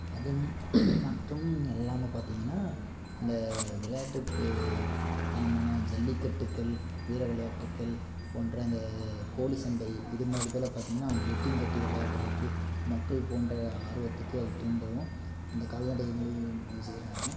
அதுவும் மற்றும் எல்லாமே பார்த்தீங்கன்னா அந்த விளையாட்டுப்பு தனமான ஜல்லிக்கட்டுகள் வீர விளையாட்டுக்கள் போன்ற இந்த கோழி சண்டை இது மாதிரி இதெல்லாம் பார்த்தீங்கன்னா அவங்க பெட்டிங் கட்டி விளையாடுறதுக்கு மக்கள் போன்ற ஆர்வத்துக்கு அது தூண்டவும் அந்த கால்நடைகளை இ செய்கிறாங்க